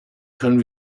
können